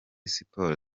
siporo